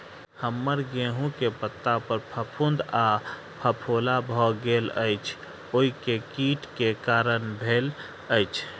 हम्मर गेंहूँ केँ पत्ता पर फफूंद आ फफोला भऽ गेल अछि, ओ केँ कीट केँ कारण भेल अछि?